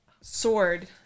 sword